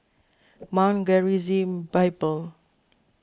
Mount Gerizim Bible